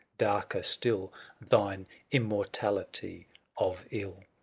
darker still thine immortahty of ill.